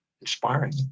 inspiring